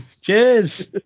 Cheers